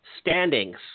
standings